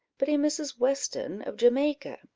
but a mrs. weston, of jamaica,